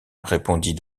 répondit